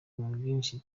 nyinshi